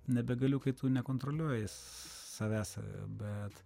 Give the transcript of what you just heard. nebegaliu kai tu nekontroliuoji savęs bet